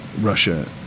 Russia